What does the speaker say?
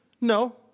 No